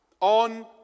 On